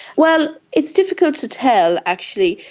well, it's difficult to tell, actually.